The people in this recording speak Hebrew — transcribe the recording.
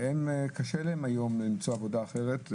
קשה להם למצוא עבודה אחרת.